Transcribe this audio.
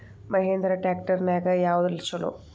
Mahindra tractor ನ್ಯಾಗ ಯಾವ್ದ ಛಲೋ?